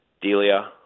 Delia